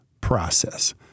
process